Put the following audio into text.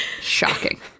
Shocking